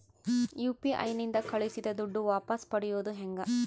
UPI ನಿಂದ ಕಳುಹಿಸಿದ ದುಡ್ಡು ವಾಪಸ್ ಪಡೆಯೋದು ಹೆಂಗ?